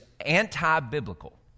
anti-biblical